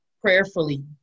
prayerfully